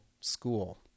school